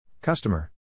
Customer